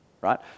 right